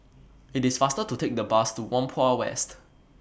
IT IS faster to Take The Bus to Whampoa West